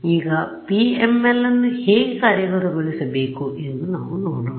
ಈಗ PMLಅನ್ನು ಹೇಗೆ ಕಾರ್ಯಗತಗೊಳಿಸಬೇಕು ಎಂದು ನಾವು ನೋಡೋಣ